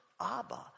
Abba